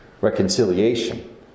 reconciliation